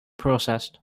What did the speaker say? processed